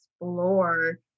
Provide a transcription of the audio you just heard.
explore